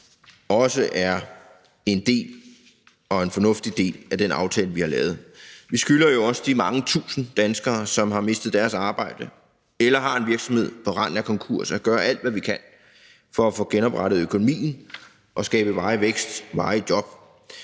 også er en fornuftig del af den aftale, vi har lavet. Vi skylder jo også de mange tusind danskere, som har mistet deres arbejde eller har en virksomhed på randen af konkurs, at gøre alt, hvad vi kan, for at få genoprettet økonomien og skabe varig vækst og varige job.